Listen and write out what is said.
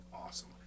awesome